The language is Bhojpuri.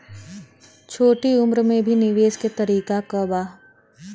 छोटी उम्र में भी निवेश के तरीका क बा?